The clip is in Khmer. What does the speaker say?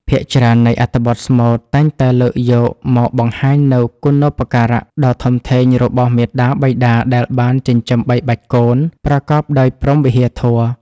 ភាគច្រើននៃអត្ថបទស្មូតតែងតែលើកយកមកបង្ហាញនូវគុណូបការៈដ៏ធំធេងរបស់មាតាបិតាដែលបានចិញ្ចឹមបីបាច់កូនប្រកបដោយព្រហ្មវិហារធម៌